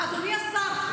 אדוני השר,